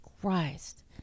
christ